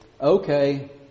okay